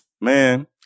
Man